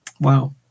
Wow